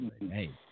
Hey